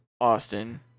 Austin